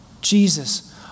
Jesus